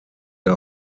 der